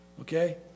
okay